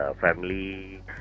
family